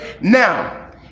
Now